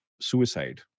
suicide